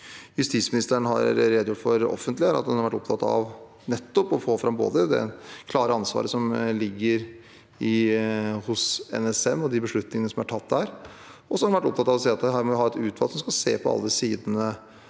justisministeren har redegjort for offentlig, er at hun har vært opptatt av nettopp å få fram både det klare ansvaret som ligger hos NSM og de beslutningene som er tatt der, og så har hun vært opptatt av å si at vi her må ha et utvalg som skal se på alle sidene